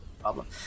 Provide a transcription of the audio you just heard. problem